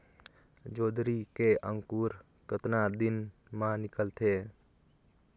जोंदरी के अंकुर कतना दिन मां निकलथे?